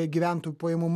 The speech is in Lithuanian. gyventojų pajamų